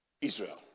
Israel